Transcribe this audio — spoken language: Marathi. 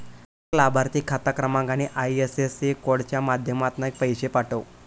गैर लाभार्थिक खाता क्रमांक आणि आय.एफ.एस.सी कोडच्या माध्यमातना पैशे पाठव